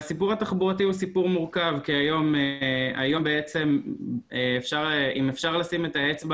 הסיפור התחבורתי הוא סיפור מורכב כי היום בעצם אם אפשר לשים את האצבע